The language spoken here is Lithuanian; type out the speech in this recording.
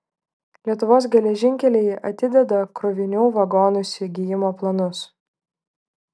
lietuvos geležinkeliai atideda krovinių vagonų įsigijimo planus